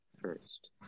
first